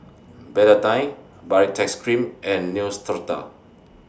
Betadine Baritex Cream and Neostrata